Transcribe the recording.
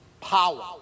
power